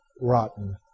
rotten